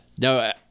no